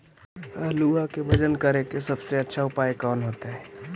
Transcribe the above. आलुआ के वजन करेके सबसे अच्छा उपाय कौन होतई?